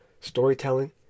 storytelling